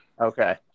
Okay